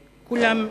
כולם,